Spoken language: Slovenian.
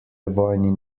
vojni